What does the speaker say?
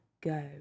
go